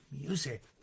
music